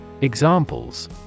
Examples